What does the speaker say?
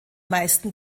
meisten